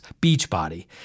Beachbody